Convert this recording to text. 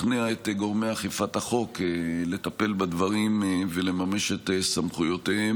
לשכנע את גורמי אכיפת החוק לטפל בדברים ולממש את סמכויותיהם